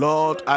Lord